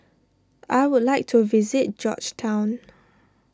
I would like to visit Georgetown